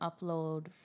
upload